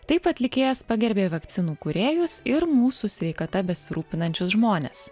taip atlikėjas pagerbė vakcinų kūrėjus ir mūsų sveikata besirūpinančius žmones